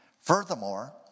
Furthermore